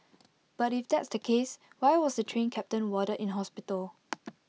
but if that's the case why was the Train Captain warded in hospital